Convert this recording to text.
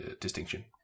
distinction